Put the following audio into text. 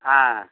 ஆ